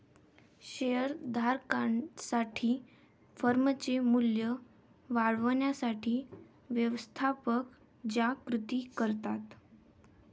share धारकांसाठी फर्मचे मूल्य वाढवण्यासाठी व्यवस्थापक ज्या कृती करतात